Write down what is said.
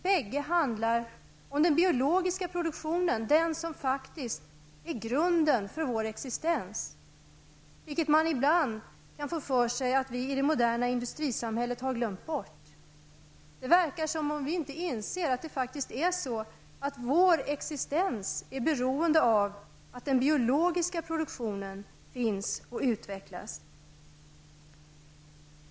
Bägge handlar om den biologiska produktionen, den som faktiskt är grunden för vår existens, vilket man ibland kan få för sig att vi i det moderna industrisamhället har glömt bort. Det verkar som om vi inte inser att vår existens är beroende av att den biologiska produktionen finns och utvecklas.